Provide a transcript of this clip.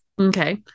Okay